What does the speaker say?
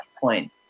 point